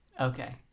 Okay